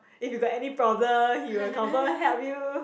if you got any problem he will confirm help you